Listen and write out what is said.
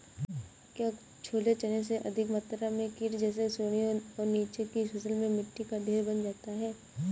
क्या छोले चने में अधिक मात्रा में कीट जैसी सुड़ियां और नीचे की फसल में मिट्टी का ढेर बन जाता है?